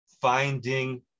finding